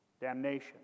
damnation